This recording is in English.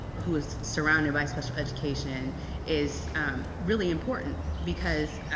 who's surrounded by special education is really important. because.